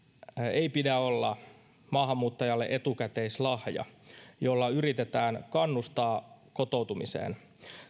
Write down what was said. ei pidä olla maahanmuuttajalle etukäteislahja jolla yritetään kannustaa kotoutumiseen